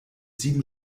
sieben